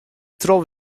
troch